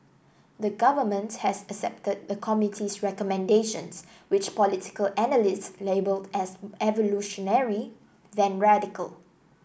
the Government has accepted the committee's recommendations which political analysts labelled as evolutionary than radical